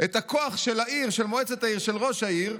את הכוח של העיר, של מועצת העיר, של ראש העיר,